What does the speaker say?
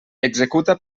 executa